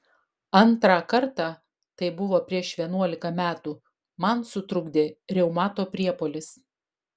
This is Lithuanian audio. antrą kartą tai buvo prieš vienuolika metų man sutrukdė reumato priepuolis